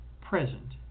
present